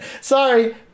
Sorry